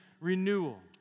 renewal